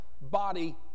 body